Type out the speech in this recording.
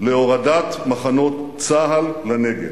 להורדת מחנות צה"ל לנגב.